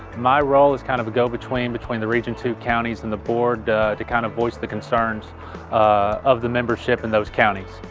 my role is kind of a go-between between the region two counties and the board to kind of voice the concerns of the membership in those counties.